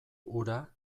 hura